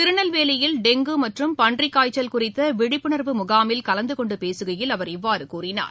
திருநெல்வேலியில் டெங்கு மற்றும் பன்றிக் காய்ச்சல் குறித்த விழிப்புணர்வு முகாமில் கலந்து கொண்டு பேசுகையில் அவர் இவ்வாறு கூறினார்